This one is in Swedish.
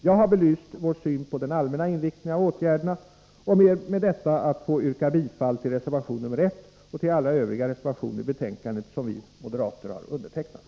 Jag har belyst vår syn på den allmänna inriktningen av åtgärderna och ber med detta att få yrka bifall till reservation nr 1 och till alla övriga reservationer i betänkandet som vi moderater har undertecknat.